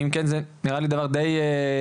אם כן זה נראה לי דבר די ראשוני.